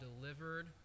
delivered